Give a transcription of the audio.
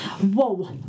whoa